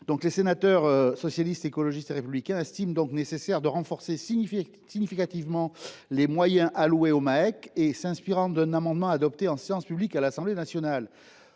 Les sénateurs du groupe Socialiste, Écologiste et Républicain estiment donc nécessaire de renforcer significativement les moyens alloués aux Maec. Nous nous inspirons d’un amendement adopté en séance publique à l’Assemblée nationale